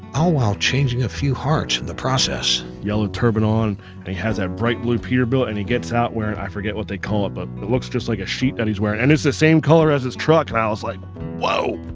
all while changing a few hearts in the process. yellow turban on and he has that bright blue peterbilt and he gets out wearing, i forget what they call it, but it looks just like a sheet that he's wearing and it's the same color as his truck. and i was like whoa!